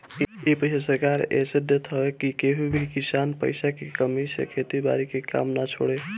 इ पईसा सरकार एह से देत हवे की केहू भी किसान पईसा के कमी से खेती बारी के काम ना छोड़े